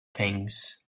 things